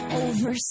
over